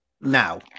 Now